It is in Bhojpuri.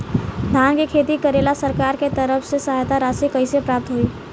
धान के खेती करेला सरकार के तरफ से सहायता राशि कइसे प्राप्त होइ?